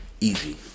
Easy